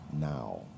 now